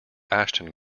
ashton